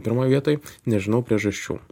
pirmoj vietoj nežinau priežasčių